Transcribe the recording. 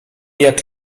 jak